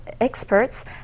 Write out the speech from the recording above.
experts